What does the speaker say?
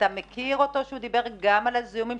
אתה יודע שהוא דיבר גם על הזיהומים?